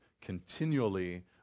continually